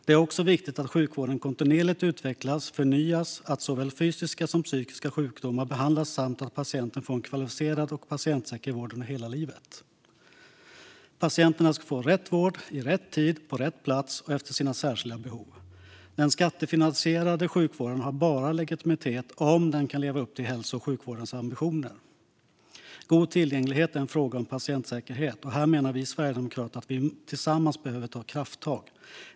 Det är också viktigt att sjukvården kontinuerligt utvecklas och förnyas, att såväl fysiska som psykiska sjukdomar behandlas samt att patienter får en kvalificerad och patientsäker vård under hela livet. Patienter ska få rätt vård, i rätt tid, på rätt plats och efter sina särskilda behov. Den skattefinansierade sjukvården har bara legitimitet om den kan leva upp till hälso och sjukvårdens ambitioner. God tillgänglighet är en fråga om patientsäkerhet, och här menar vi sverigedemokrater att vi tillsammans behöver ta krafttag.